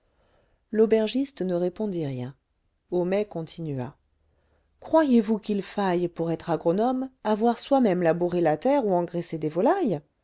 l'aubergiste ne répondit rien homais continua croyez-vous qu'il faille pour être agronome avoir soi-même labouré la terre ou engraissé des volailles